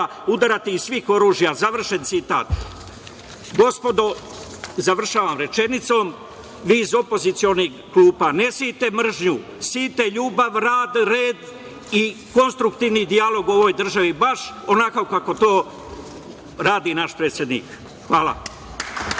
udarati iz svih oružja, završen citat. Gospodo, završavam rečenicom, vi iz opozicionih klupa, ne sejte mržnju, sejte ljubav, rad, red i konstruktivni dijalog u ovoj državi, baš onako kako to radi naš predsednik. Hvala